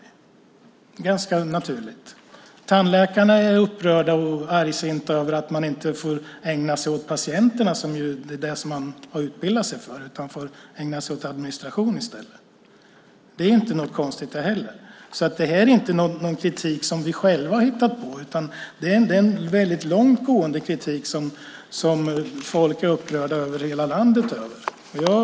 Det är naturligt. Tandläkarna är upprörda och argsinta över att de inte får ägna sig åt patienterna, det vill säga vad de har utbildat sig för, utan i stället får ägna sig åt administration. Det är inte heller konstigt. Det här är inte kritik som vi själva har hittat på, utan det är en långt gående kritik där folk över hela landet är upprörda.